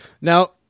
Now